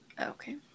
Okay